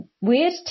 weird